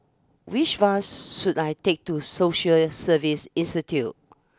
which bus should I take to Social Service Institute